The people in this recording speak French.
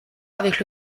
avec